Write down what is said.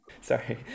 Sorry